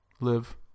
Live